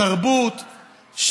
בתרבות,